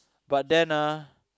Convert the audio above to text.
but then ah